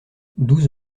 douze